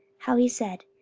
how he said,